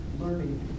learning